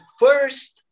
first